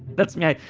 that's me.